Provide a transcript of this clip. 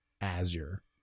azure